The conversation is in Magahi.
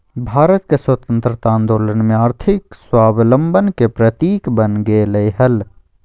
भारत के स्वतंत्रता आंदोलन में आर्थिक स्वाबलंबन के प्रतीक बन गेलय हल